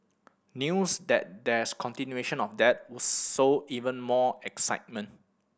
news that there's continuation of that will sow even more excitement